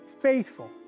faithful